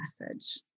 message